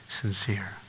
sincere